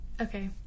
Okay